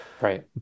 Right